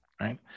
right